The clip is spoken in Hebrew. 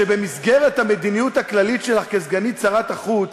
שבמסגרת המדיניות הכללית שלך כסגנית שר החוץ